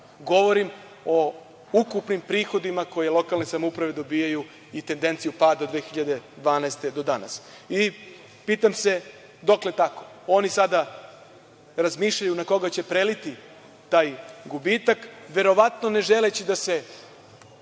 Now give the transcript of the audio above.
govorim o ukupnim prihodima koje lokalne samouprave dobijaju i tendenciju pada od 2012. godine do danas. Pitam se – dokle tako? Oni sada razmišljaju na koga će preliti taj gubitak, verovatno ne želeći da se